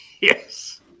Yes